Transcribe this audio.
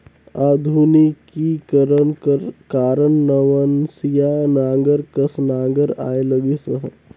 आधुनिकीकरन कर कारन नवनसिया नांगर कस नागर आए लगिस अहे